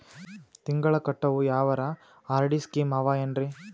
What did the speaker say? ತಿಂಗಳ ಕಟ್ಟವು ಯಾವರ ಆರ್.ಡಿ ಸ್ಕೀಮ ಆವ ಏನ್ರಿ?